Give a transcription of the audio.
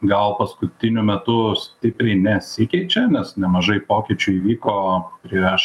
gal paskutiniu metu stipriai nesikeičia nes nemažai pokyčių įvyko prieš